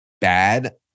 bad